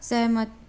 सहमत